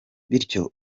bityo